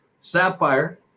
Sapphire